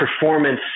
performance